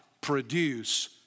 produce